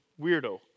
weirdo